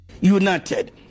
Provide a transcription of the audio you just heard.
United